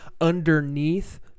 underneath